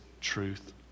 truth